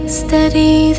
steady